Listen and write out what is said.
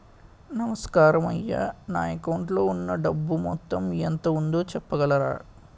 నమస్కారం అయ్యా నా అకౌంట్ లో ఉన్నా డబ్బు మొత్తం ఎంత ఉందో చెప్పగలరా?